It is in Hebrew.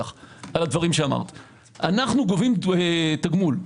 אנו גובים תגמול,